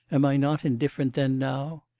am i not indifferent then now.